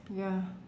ya